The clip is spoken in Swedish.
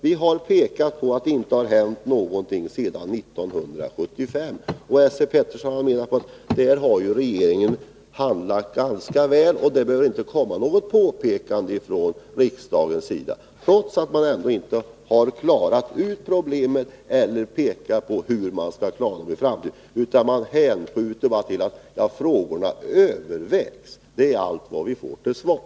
Vi har pekat på att det inte hänt någonting sedan 1975, medan Esse Petersson menar att regeringen handlagt det här ärendet ganska bra och att det inte behövs något påpekande från riksdagens sida, trots att man inte klarat ut problemen eller pekat på hur de skall klaras ut i framtiden. Man bara påpekar att frågorna övervägs. Det är allt vad vi får till svar.